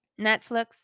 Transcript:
Netflix